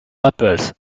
apples